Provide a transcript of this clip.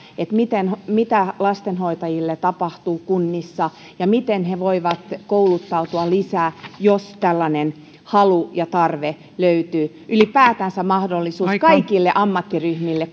mitä lastenhoitajille tapahtuu kunnissa ja miten he voivat kouluttautua lisää jos tällainen halu ja tarve löytyy ylipäätänsä mahdollisuutta kaikille ammattiryhmille